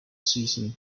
season